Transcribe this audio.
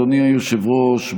אדוני היושב-ראש,